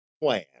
plan